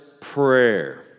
Prayer